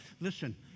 Listen